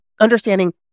Understanding